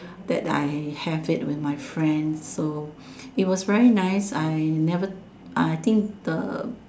that I have it with my friend so it was very nice I never I think the